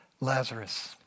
Lazarus